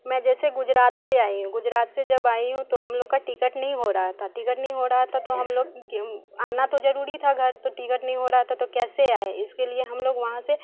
मैं जैसे गुजरात से आई हूँ गुजरात से जब आई हूँ तो हम लोग का टिकट नहीं हो रहा था टिकट नहीं हो रहा था तो हम लोग आना तो जरूरी था घर तो टिकट नहीं हो रहा था तो कैसे आए इसके लिए हम लोग वहाँ से